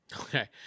Okay